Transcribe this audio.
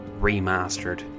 Remastered